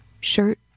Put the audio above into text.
Shirt